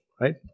Right